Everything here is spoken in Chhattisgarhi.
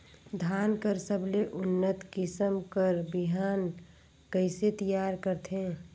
धान कर सबले उन्नत किसम कर बिहान कइसे तियार करथे?